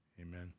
Amen